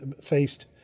faced